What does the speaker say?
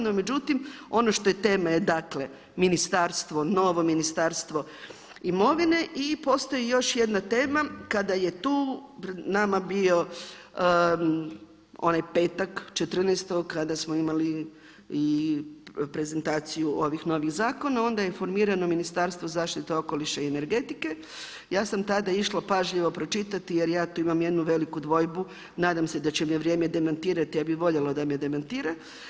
No međutim, ono što je tema je dakle ministarstvo novo Ministarstvo imovine i postoji još jedna tema kada je tu nama bio onaj petak 14. kada smo imali i prezentaciju ovih novih zakona, onda je formirano Ministarstvo zaštite okoliša i energetike, ja sam tada išla pažljivo pročitati jer ja tu imam jedinu veliku dvojbu, nadam se da će me vrijeme demantirati, ja bih voljela da me demantira.